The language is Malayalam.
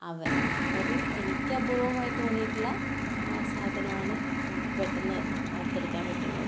അവൻ അവരിൽ എനിക്ക് അപൂർവ്വമായി തോന്നിയിട്ടുള്ള ആ സാധനമാണ് എനിക്ക് പെട്ടെന്ന് ഓർത്തെടുക്കാൻ പറ്റുന്നത്